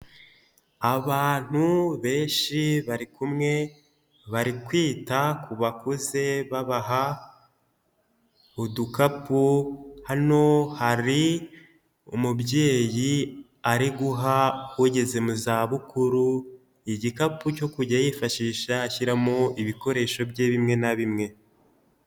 Abantu benshi bari kumwe bari kwita ku bakuze babaha udukapu, hano hari umubyeyi ari guha ugeze mu zabukuru igikapu cyo kujya yifashisha ashyiramo ibikoresho bye bimwe na bimwe.